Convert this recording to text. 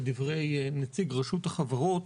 את דברי נציג רשות החברות,